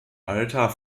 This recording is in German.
alter